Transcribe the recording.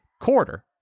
quarter